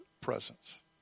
presence